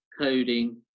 coding